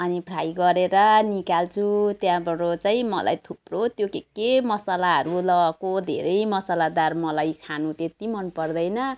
अनि फ्राई गरेर निकाल्छु त्यहाँबाट चाहिँ मलाई थुप्रो त्यो के के मसलाहरू लगाएको धेरै मसलादार मलाई खानु त्यति मनपर्दैन